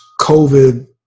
COVID